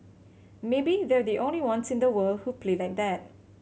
maybe they're the only ones in the world who play like that